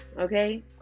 okay